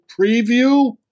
preview